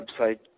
website